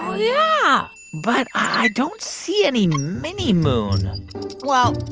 yeah but i don't see any mini-moon well,